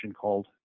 called